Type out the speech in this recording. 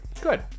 Good